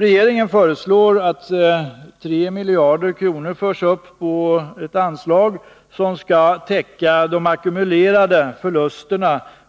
Regeringen föreslår ätt 3 miljarder kronor förs upp på ett anslag som skall täcka den ackumulerade förlusten